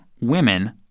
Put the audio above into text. women